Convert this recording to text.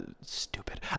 stupid